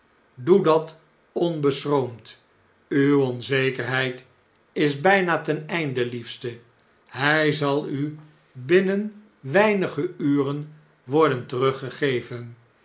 doe dat onbeschroomd uwe onzekerheid is bgna ten einde liefste hjj zal u binnen weinige uren worden teruggegeven